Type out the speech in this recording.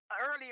Earlier